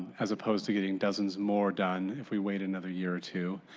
as opposed to getting dozens more done if we wait another year or two.